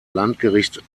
landgericht